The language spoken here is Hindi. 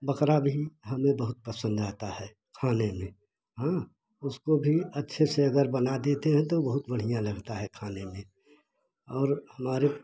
बकरा भी हमें बहुत पसंद आता है खाने में उसको भी अच्छे से अगर बना देते हैं तो वो बहुत बढ़िया लगता है खाने में और हमारे